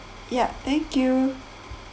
ya thank you